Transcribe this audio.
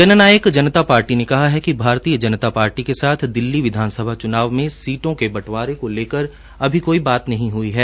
जन नायक जनता पार्टी ने कहा है कि भारतीय जनता पार्टी के साथ दिल्ली विधानसभा में सीट के बंटवारे को लकर अभी कोई बात नहीं हई है